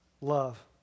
Love